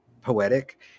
poetic